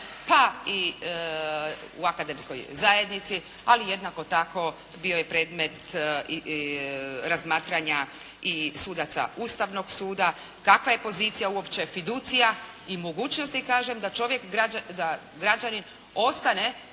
pa i u akademskoj zajednici, ali jednako tako bio je predmet razmatranja i sudaca Ustavnog suda. Kakva je pozicija uopće fiducija i mogućnosti kažem da čovjek, da građanin ostane